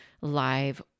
live